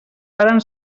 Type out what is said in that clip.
varen